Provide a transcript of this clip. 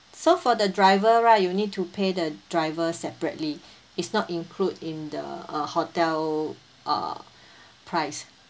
so for the driver right you need to pay the driver separately it's not include in the uh hotel uh price